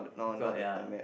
got ya